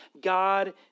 God